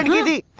to the